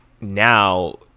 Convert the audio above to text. now